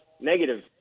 negative